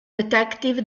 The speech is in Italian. detective